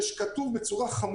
נכתב כך: